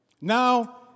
Now